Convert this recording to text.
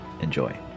Enjoy